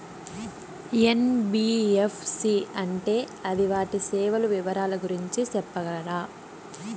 NBFC అంటే అది వాటి సేవలు వివరాలు గురించి సెప్పగలరా?